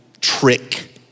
trick